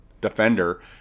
defender